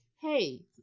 Hey